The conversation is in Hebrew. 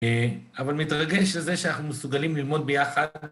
אבל מתרגש על זה שאנחנו מסוגלים ללמוד ביחד.